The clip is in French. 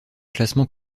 classement